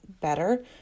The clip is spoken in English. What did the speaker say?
better